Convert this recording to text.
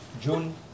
June